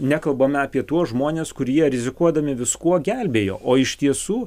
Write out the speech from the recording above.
nekalbame apie tuos žmones kurie rizikuodami viskuo gelbėjo o iš tiesų